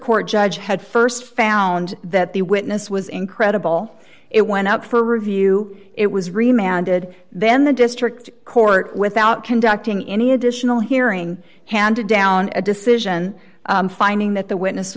court judge had st found that the witness was incredible it went up for review it was remounted then the district court without conducting any additional hearing handed down a decision finding that the witness